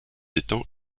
étangs